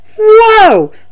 whoa